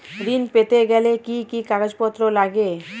ঋণ পেতে গেলে কি কি কাগজপত্র লাগে?